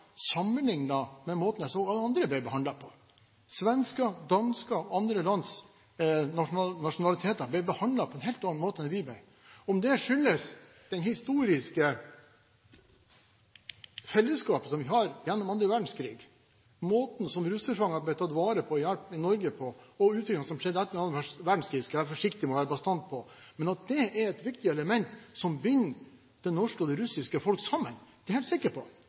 med måten jeg så alle andre ble behandlet på. Svensker, dansker og andre lands nasjonaliteter ble behandlet på en helt annen måte enn vi ble. Om det skyldtes det historiske fellesskapet som vi har gjennom annen verdenskrig, måten som russerfanger ble tatt vare på og hjulpet i Norge på, og utviklingen som skjedde etter annen verdenskrig, skal jeg være forsiktig med å være bastant på, men at det er et viktig element som binder det norske og det russiske folk sammen, er jeg sikker på.